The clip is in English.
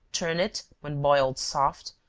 turn it, when boiled soft,